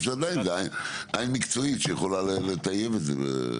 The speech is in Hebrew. שאתה מתקין סתם מתקן פוטו וולטאי שלפעמים הוא 50 דונם ליזמים פרטיים,